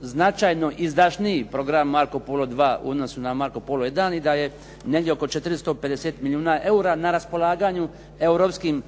značajno izdašniji program "Marco Polo II" u odnosu na "Marco Polo I" i da je negdje oko 450 milijuna eura na raspolaganju europskim